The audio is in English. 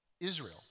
Israel